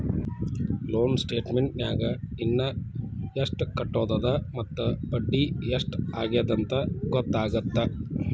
loan ಸ್ಟೇಟಮೆಂಟ್ನ್ಯಾಗ ಇನ ಎಷ್ಟ್ ಕಟ್ಟೋದದ ಮತ್ತ ಬಡ್ಡಿ ಎಷ್ಟ್ ಆಗ್ಯದಂತ ಗೊತ್ತಾಗತ್ತ